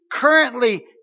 currently